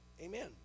amen